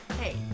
Hey